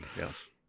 Yes